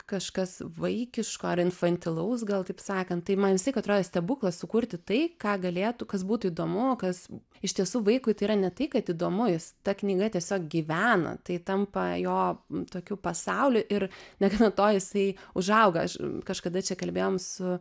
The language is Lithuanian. kažkas vaikiško ar infantilaus gal taip sakant tai man visaik atrodė stebuklas sukurti tai ką galėtų kas būtų įdomu kas iš tiesų vaikui tai yra ne tai kad įdomu jis ta knyga tiesiog gyvena tai tampa jo tokiu pasauliu ir negana to jisai užauga aš kažkada čia kalbėjom su